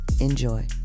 Enjoy